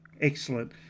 Excellent